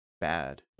bad